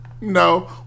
No